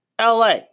LA